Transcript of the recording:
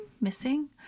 missing